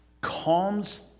calms